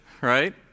right